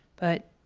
but